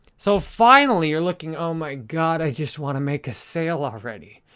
so, finally, you're looking, oh my god, i just wanna make a sale already.